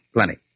Plenty